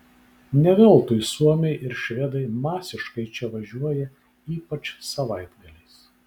ne veltui suomiai ir švedai masiškai čia važiuoja ypač savaitgaliais